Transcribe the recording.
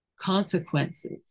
consequences